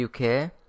UK